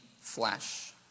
flesh